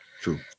True